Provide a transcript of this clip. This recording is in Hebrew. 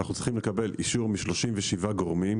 אנחנו צריכים לקבל אישור מ-37 גורמים.